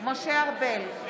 משה ארבל,